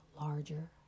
larger